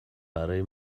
برای